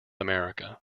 america